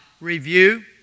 review